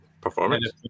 performance